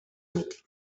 мэд